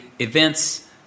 events